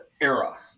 Era